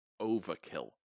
overkill